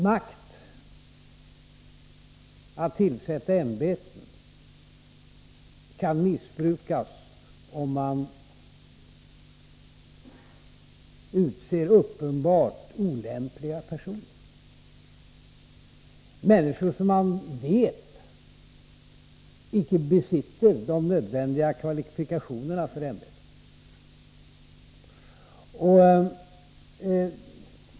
Makt att tillsätta ämbeten kan missbrukas om man utser uppenbart olämpliga personer, människor som man vet icke besitter de nödvändiga kvalifikationerna.